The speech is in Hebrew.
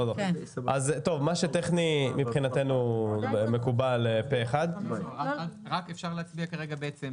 מה שטכני מבחינתנו מקובל אפשר להצביע כרגע הצבעה